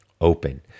open